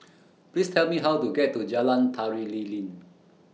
Please Tell Me How to get to Jalan Tari Lilin